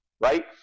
right